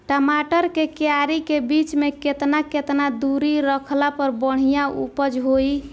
टमाटर के क्यारी के बीच मे केतना केतना दूरी रखला पर बढ़िया उपज होई?